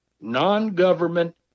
non-government